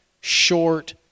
short